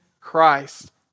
Christ